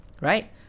right